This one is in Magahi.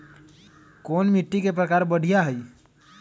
कोन मिट्टी के प्रकार बढ़िया हई?